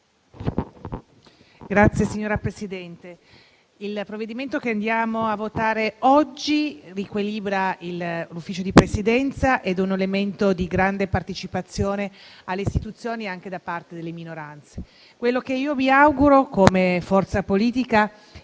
Signor Presidente, il provvedimento che andiamo a votare oggi riequilibra il Consiglio di Presidenza e costituisce un elemento di grande partecipazione alle istituzioni anche da parte delle minoranze. Quello che vi auguro come forza politica è